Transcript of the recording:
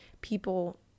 people